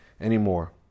anymore